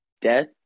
death